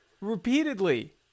repeatedly